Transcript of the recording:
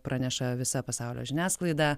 praneša visa pasaulio žiniasklaida